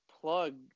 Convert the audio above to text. plug